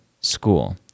school